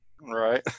Right